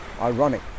Ironic